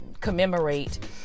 commemorate